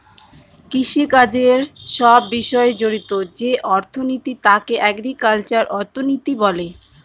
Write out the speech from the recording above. কৃষিকাজের সব বিষয় জড়িত যে অর্থনীতি তাকে এগ্রিকালচারাল অর্থনীতি বলে